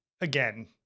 again